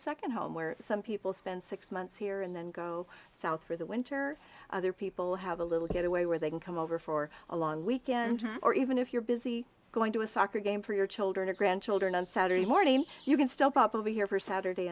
second home where some people spend six months here and then go south for the winter other people have a little getaway where they can come over for a long weekend or even if you're busy going to a soccer game for your children or grandchildren on saturday morning you can still pop over here for saturday